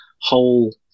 whole